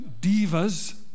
divas